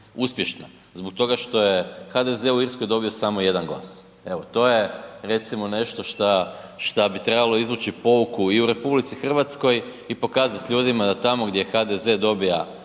uspješna. Zbog toga što je HDZ u Irskoj dobio samo jedan glas. Evo, to je recimo nešto što bi trebalo izvući poruku i u RH i pokazati ljudima da tamo gdje HDZ dobija